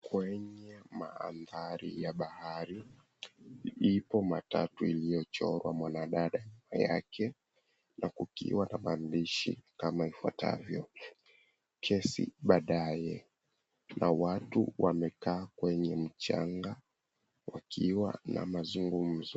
Kwenye mandhari ya bahari, ipo matatu iliyochorwa mwanadada nyuma yake, na kukiwa na maandishi kama ifuatavyo; "Kesi baadaye". Na watu wamekaa kwenye mchanga, wakiwa na mazungumzo.